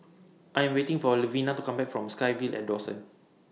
I Am waiting For Levina to Come Back from SkyVille At Dawson